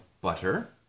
butter